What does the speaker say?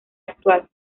actual